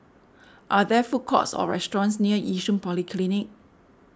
are there food courts or restaurants near Yishun Polyclinic